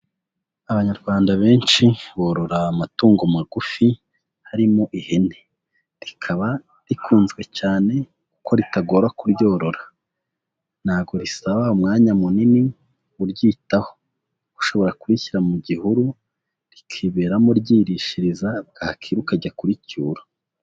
Abanyarwanda benshi borora amatungo magufi harimo ihene, rikaba rikunzwe cyane kuko ritago kuryorora, ntago risaba umwanya munini uryitaho, ushobora kurishyira mu gihuru, rikiberamo ryirishiriza, bwakiba ukajya kubicyura.